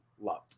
loved